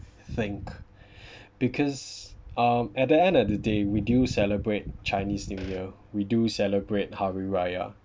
think because um at the end of the day we do celebrate chinese new year we do celebrate hari raya